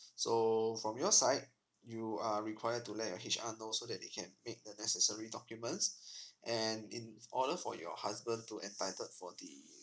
so from your side you are required to let your H_R know so that they can make the necessary documents and in order for your husband to entitled for the